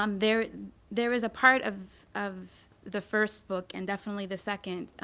um there there is apart of of the first book, and definitely the second,